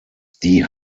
die